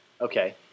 Okay